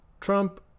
Trump